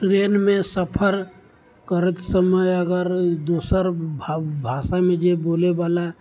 railway सफर करैके समय अगर दोसर भाषामे जे बोलैवला